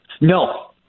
No